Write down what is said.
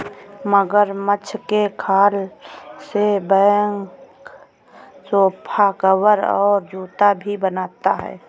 मगरमच्छ के खाल से बैग सोफा कवर और जूता भी बनता है